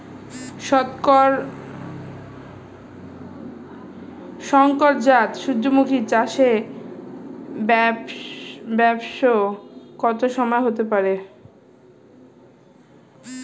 শংকর জাত সূর্যমুখী চাসে ব্যাস কত সময় হতে পারে?